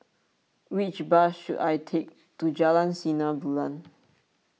which bus should I take to Jalan Sinar Bulan